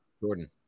Jordan